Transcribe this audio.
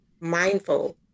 mindful